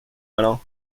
malin